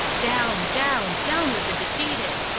down, down, down with the defeated!